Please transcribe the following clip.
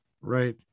right